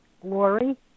Glory